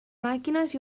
màquines